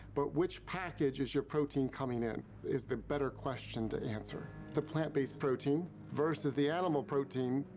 but which package is your protein coming in, is the better question to answer. the plant based protein versus the animal protein,